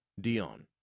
Dion